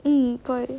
mm 对